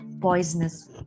poisonous